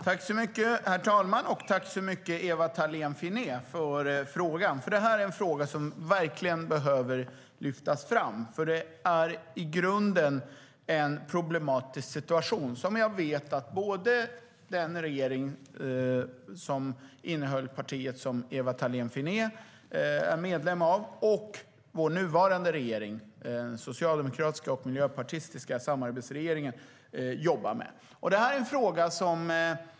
Herr talman! Jag tackar Ewa Thalén Finné för frågan. Det är en fråga som behöver lyftas fram. Det är en i grunden problematisk situation som både den förra regeringen, som innehöll det parti som Ewa Thalén Finné är medlem av, jobbade med och som den nuvarande socialdemokratiska och miljöpartistiska samarbetsregeringen jobbar med.